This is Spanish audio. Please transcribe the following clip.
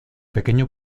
pequeño